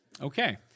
Okay